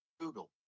Google